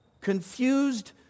confused